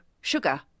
sugar